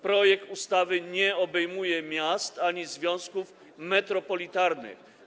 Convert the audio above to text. Projekt ustawy nie obejmuje miast ani związków metropolitarnych.